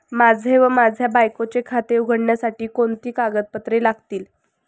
माझे व माझ्या बायकोचे खाते उघडण्यासाठी कोणती कागदपत्रे लागतील?